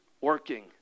working